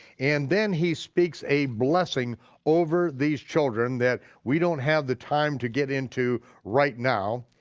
and then he speaks a blessing over these children that we don't have the time to get into right now.